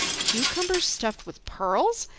cucumbers stuffed with pearls!